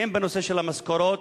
הן בנושא של המשכורות,